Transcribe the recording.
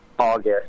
august